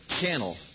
channel